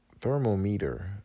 thermometer